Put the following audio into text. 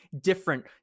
different